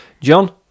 John